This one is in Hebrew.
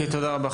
תודה רבה,